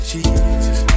Jesus